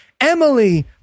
Emily